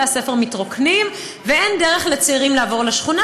בתי-הספר מתרוקנים ואין דרך לצעירים לעבור לשכונה.